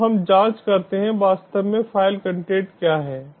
तो हम जांच करते हैं वास्तव में फ़ाइल कंटेंट क्या है